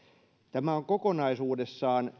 tämä on kokonaisuudessaan